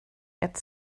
ett